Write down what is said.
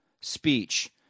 speech